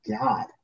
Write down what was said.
god